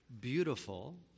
beautiful